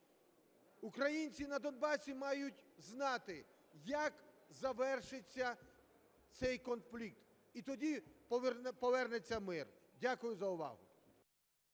Українці на Донбасі мають знати, як завершиться цей конфлікт, і тоді повернеться мир. Дякую за увагу.